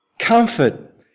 Comfort